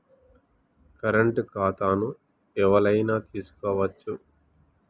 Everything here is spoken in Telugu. కరెంట్ ఖాతాను ఎవలైనా తీసుకోవచ్చా?